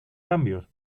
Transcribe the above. cambios